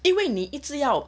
因为你一直要